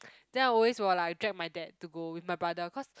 then I always will like drag my dad to go with my brother cause